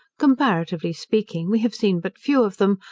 comparatively speaking we have seen but few of them,